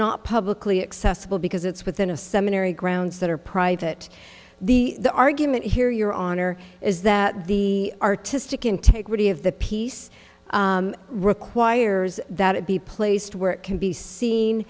not publicly accessible because it's within a cemetery grounds that are private the the argument here your honor is that the artistic integrity of the piece requires that it be placed where it can be seen